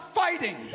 fighting